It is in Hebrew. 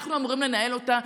אנחנו אמורים לנהל אותה.